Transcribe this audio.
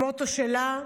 המוטו שלה,